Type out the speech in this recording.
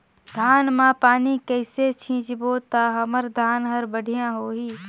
धान मा पानी कइसे सिंचबो ता हमर धन हर बढ़िया होही?